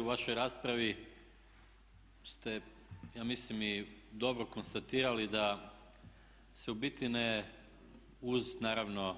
U vašoj raspravi ste ja mislim i dobro konstatirali da se u biti ne uz naravno